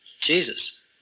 jesus